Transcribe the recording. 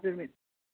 हजुर मिस